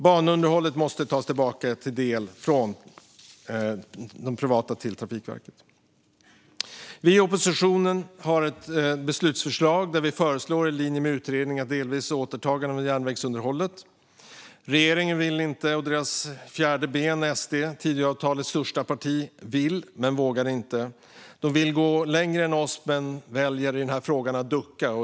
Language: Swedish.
Basunderhållet måste till dels tas tillbaka från det privata till Trafikverket. Vi i oppositionen har ett beslutsförslag där vi föreslår, i linje med utredningen, ett delvis återtagande av järnvägsunderhållet. Regeringen vill inte. Dess fjärde ben, SD, Tidöavtalets största parti, vill men vågar inte. De vill gå längre än vi men väljer i den här frågan att ducka.